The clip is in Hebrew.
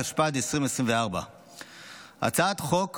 התשפ"ד 2024. הצעת החוק